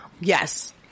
yes